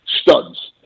studs